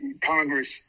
Congress